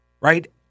right